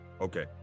Okay